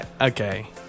Okay